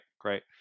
Great